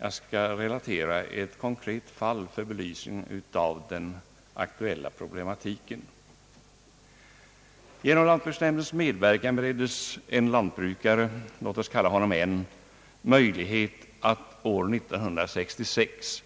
Jag skall relatera ett konkret fall för belysning av den aktuella problematiken. Genom lantbruksnämndens medverkan bereddes en lantbrukare — låt oss kalla honom N — möjlighet att år 1966